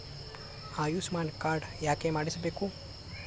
Ayushman card ಯಾಕೆ ಮಾಡಿಸಬೇಕು?